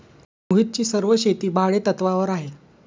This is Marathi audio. मोहितची सर्व शेती भाडेतत्वावर आहे